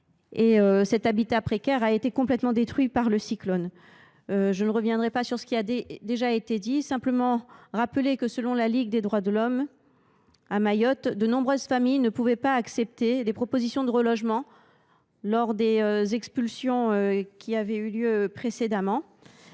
et cet habitat précaire a été complètement détruit par le cyclone. Sans revenir sur ce qui a déjà été dit, je veux rappeler que, selon la Ligue des droits de l’homme, à Mayotte, de nombreuses familles ont dû refuser les propositions de relogement faites lors des expulsions qui ont eu lieu précédemment,